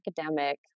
academic